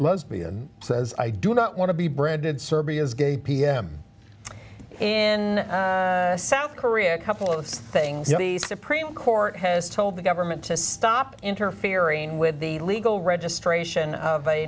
lesbian says i do not want to be branded serbia's gay pm in south korea a couple of things the supreme court has told the government to stop interfering with the legal registration of a